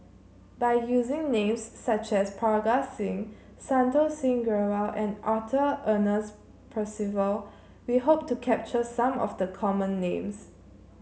by using names such as Parga Singh Santokh Singh Grewal and Arthur Ernest Percival we hope to capture some of the common names